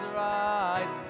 rise